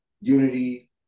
unity